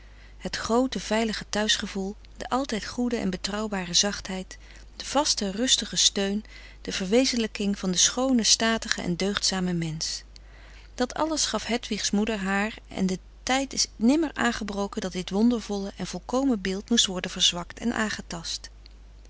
het groote veilige thuisgevoel de altijd goede en betrouwbare zachtheid de vaste rustige steun de verwezenlijking van de frederik van eeden van de koele meren des doods schoone statige en deugdzame mensch dat alles gaf hedwigs moeder haar en de tijd is nimmer aangebroken dat dit wondervolle en volkomen beeld moest worden verzwakt en aangetast